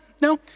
No